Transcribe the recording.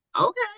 Okay